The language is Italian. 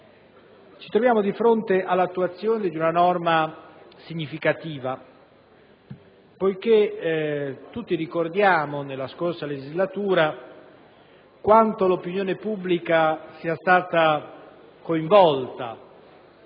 Ci troviamo di fronte all'attuazione di una norma significativa, poiché tutti ricordiamo nella scorsa legislatura quanto l'opinione pubblica sia stata coinvolta